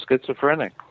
schizophrenic